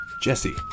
Jesse